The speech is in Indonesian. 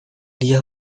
dia